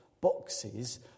boxes